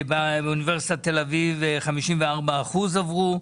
באוניברסיטת תל אביב 54% עברו,